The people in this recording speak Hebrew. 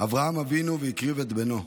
אברהם אבינו והקריב את בנו.